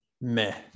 meh